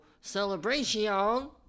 celebration